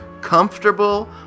comfortable